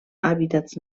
hàbitats